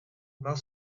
were